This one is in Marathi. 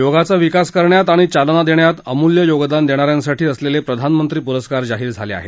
योगाचा विकास करण्यात आणि चालना देण्यात अमूल्य योगदान देणाऱ्यांसाठी असलेले प्रधानमंत्री पुरस्कार जाहीर झाले आहेत